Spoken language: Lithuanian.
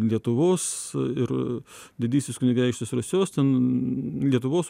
lietuvos ir didysis kunigaikštis rusios ten lietuvos